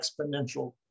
exponential